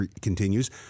continues